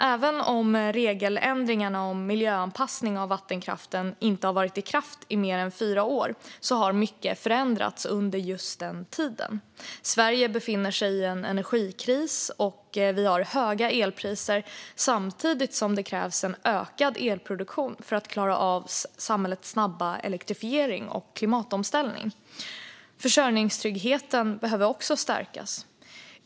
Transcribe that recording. Även om regeländringarna om miljöanpassning av vattenkraften inte har varit i kraft i mer än fyra år har mycket förändrats under just den tiden. Sverige befinner sig i en energikris med höga elpriser samtidigt som det krävs en ökad elproduktion för att klara av samhällets snabba elektrifiering och klimatomställning. Försörjningstryggheten behöver också stärkas.